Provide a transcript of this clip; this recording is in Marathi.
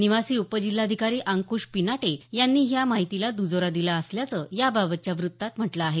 निवासी उपजिल्हाधिकारी अंकूश पिनाटे यांनी या माहितीला दुजोरा दिला असल्याचं याबाबतच्या वृत्तात म्हटलं आहे